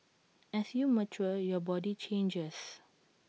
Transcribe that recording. as you mature your body changes